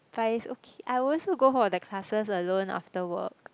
but it's okay I also go for the classes alone after work